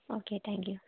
okay thank you